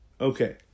okay